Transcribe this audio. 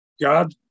God